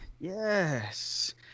Yes